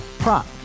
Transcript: Prop